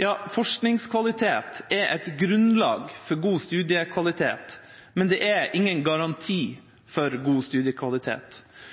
Ja, forskningskvalitet er et grunnlag for god studiekvalitet, men det er ingen garanti